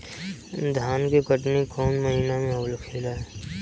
धान के कटनी कौन महीना में होला?